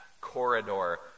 corridor